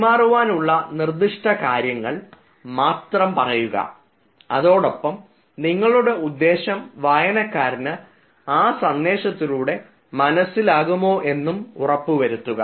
കൈമാറുവാനുള്ള നിർദിഷ്ട കാര്യങ്ങൾ മാത്രം പറയുക അതോടൊപ്പം നിങ്ങളുടെ ഉദ്ദേശം വായനക്കാരന് ആ സന്ദേശത്തിലൂടെ മനസ്സിലാകുമോ എന്നും ഉറപ്പുവരുത്തുക